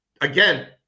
again